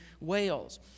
Wales